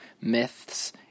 Myths